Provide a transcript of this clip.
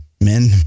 men